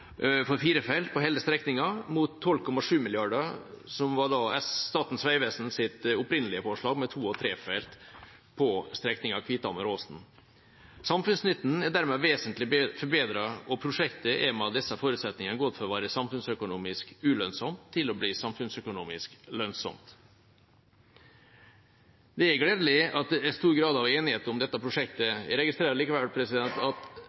for fire felt på hele strekningen, mot 12,7 mrd. kr, som var Statens vegvesens opprinnelige forslag, med to og tre felt på strekningen Kvithammar–Åsen. Samfunnsnytten er dermed vesentlig forbedret, og prosjektet har med disse forutsetningene gått fra å være samfunnsøkonomisk ulønnsomt til å bli samfunnsøkonomisk lønnsomt. Det er gledelig at det er stor grad av enighet om dette prosjektet. Jeg registrerer likevel at